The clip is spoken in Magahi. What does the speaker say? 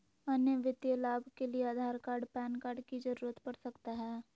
अन्य वित्तीय लाभ के लिए आधार कार्ड पैन कार्ड की जरूरत पड़ सकता है?